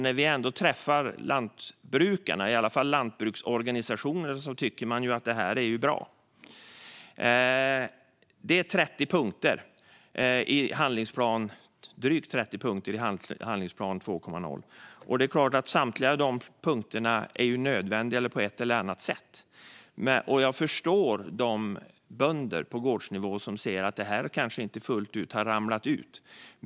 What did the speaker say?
När vi ändå träffar lantbrukarna, i alla fall lantbruksorganisationerna, hör vi att de tycker att detta är bra. Det finns drygt 30 punkter i handlingsplan 2.0. Samtliga punkter är ju nödvändiga på ett eller annat sätt, och jag förstår de bönder på gårdsnivå som säger att det här kanske inte fullt ut har ramlat ut.